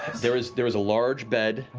there is there is a large bed,